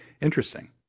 Interesting